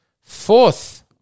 Fourth